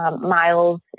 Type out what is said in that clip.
Miles